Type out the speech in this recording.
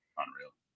unreal